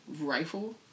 Rifle